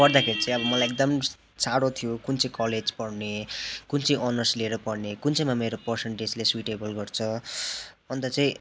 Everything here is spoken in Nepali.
पढ्दाखेरि चाहिँ अब मलाई एकदम साह्रो थियो कुन चाहिँ कलेज पढ्ने कुन चाहिँ अनर्स लिएर पढ्ने कुन चाहिँमा मेरो पर्सन्टेजले सुइटेबल गर्छ अन्त चाहिँ